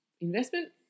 investment